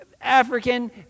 African